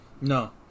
No